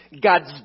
God's